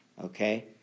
okay